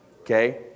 Okay